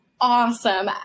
awesome